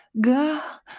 girl